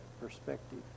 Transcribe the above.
perspective